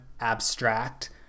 abstract